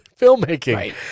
filmmaking